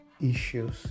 issues